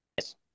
Yes